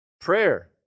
prayer